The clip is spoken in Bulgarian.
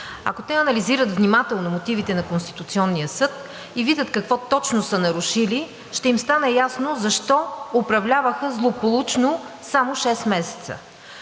Ако те анализират внимателно мотивите на Конституционния съд и видят какво точно са нарушили, ще им стане ясно защо управляваха злополучно само шест месеца.